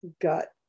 gut